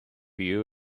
you